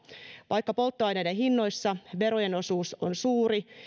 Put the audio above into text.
vaikka polttoaineiden hinnoissa verojen osuus on suuri